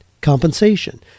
compensation